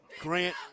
Grant